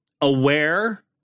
aware